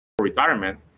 retirement